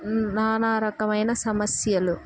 నానా రకమైన సమస్యలు